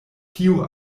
tio